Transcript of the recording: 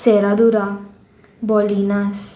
सेरादुरा बोल्डीनास